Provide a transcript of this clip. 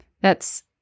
That's-